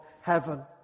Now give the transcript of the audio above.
heaven